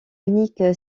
unique